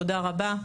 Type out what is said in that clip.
תודה רבה.